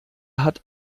hat